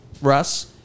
Russ